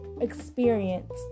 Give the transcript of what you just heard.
experience